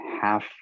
half